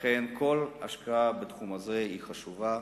לכן, כל השקעה בתחום הזה חשובה.